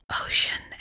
Ocean